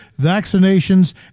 vaccinations